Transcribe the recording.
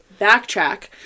Backtrack